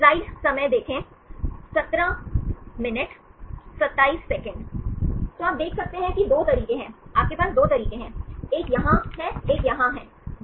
तो आप देख सकते हैं कि 2 तरीके हैं आपके पास 2 तरीके हैं एक यहाँ है एक यहाँ है